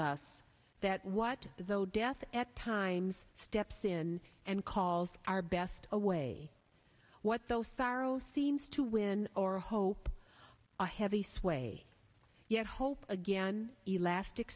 us that what though death at times steps in and calls our best away what those ferals seems to win or hope a heavy sway yet hope again elastic